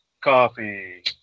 coffee